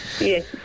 Yes